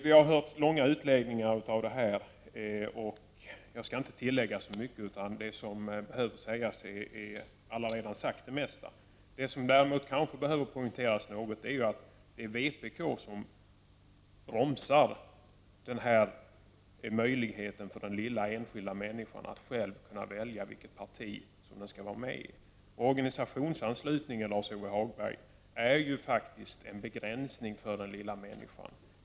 Vi har hört många utläggningar i den här frågan, och det som behöver sägas är allaredan sagt. Jag skall inte tillägga så mycket, men det bör poängteras att det är vpk som bromsar möjligheten för den enskilda människan att själv välja vilket parti hon skall vara med i. Organisationsanslutningen är en begränsning för den lilla människan, Lars-Ove Hagberg.